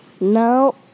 No